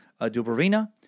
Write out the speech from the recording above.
Dubrovina